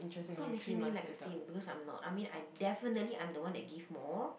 stop making me like a saint because I'm not I mean I definitely I'm the one that give more